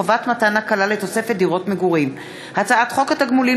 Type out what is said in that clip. חובת מתן הקלה לתוספת דירות מגורים); הצעת חוק התגמולים